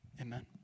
amen